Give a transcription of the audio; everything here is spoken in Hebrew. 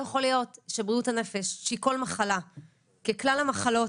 לא יכול להיות שבריאות הנפש שהיא כל מחלה ככלל המחלות,